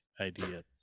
ideas